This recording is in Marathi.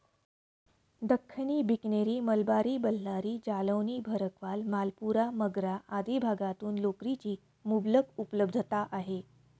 दख्खनी, बिकनेरी, मलबारी, बल्लारी, जालौनी, भरकवाल, मालपुरा, मगरा आदी भागातून लोकरीची मुबलक उपलब्धता आहे